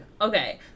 Okay